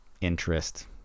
interest